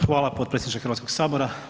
Hvala potpredsjedniče Hrvatskog sabora.